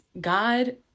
god